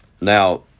now